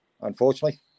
unfortunately